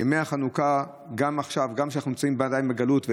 אנחנו נמצאים עכשיו בגלות,